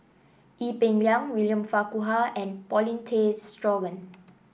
Ee Peng Liang William Farquhar and Paulin Tay Straughan